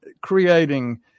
creating